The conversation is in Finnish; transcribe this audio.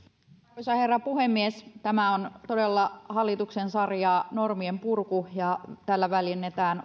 arvoisa herra puhemies tämä on todella hallituksen sarjaa normien purku ja tällä väljennetään